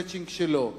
ה"מצ'ינג" שלו.